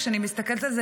כשאני מסתכלת על זה